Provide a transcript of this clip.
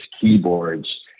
keyboards